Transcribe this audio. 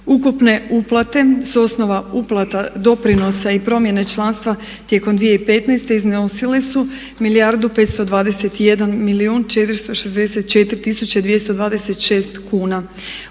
Ukupne uplate su o osnova uplata doprinosa i promjene članstva tijekom 2015. iznosile su milijardu